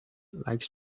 likes